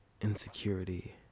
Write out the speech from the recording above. insecurity